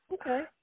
Okay